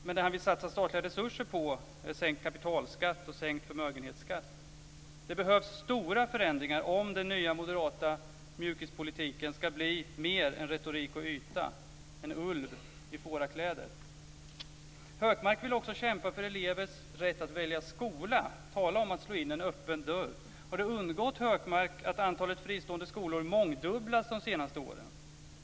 Men vad han vill satsa statliga resurser på är sänkt kapitalskatt och sänkt förmögenhetsskatt. Det behövs stora förändringar för att den nya moderata mjukispolitiken ska bli mer än retorik och yta - en ulv i fårakläder! Gunnar Hökmark vill också kämpa för elevers rätt att välja skola. Men tala om att slå in en öppen dörr! Har det undgått Gunnar Hökmark att antalet fristående skolor mångdubblats under de senaste åren?